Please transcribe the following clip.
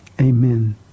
Amen